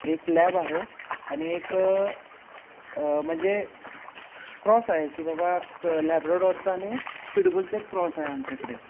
एक लॅब आहे आणि एक म्हणजे क्रॉस आहे की बाबा लॅबराडोरचं आणि पिडबुलचं एक क्रॉस आहे आमच्याकडे